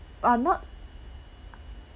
uh not